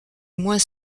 moins